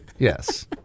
Yes